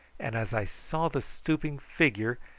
and as i saw the stooping figure,